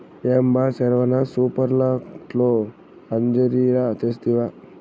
ఏం బా సెరవన సూపర్మార్కట్లో అంజీరా తెస్తివా